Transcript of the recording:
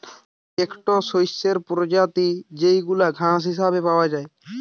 একটো শস্যের প্রজাতি যেইগুলা ঘাস হিসেবে পাওয়া যায়